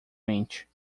mente